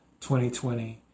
2020